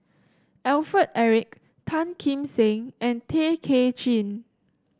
Alfred Eric Tan Kim Seng and Tay Kay Chin